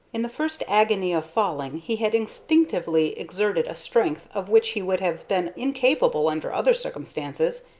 in the first agony of falling he had instinctively exerted a strength of which he would have been incapable under other circumstances,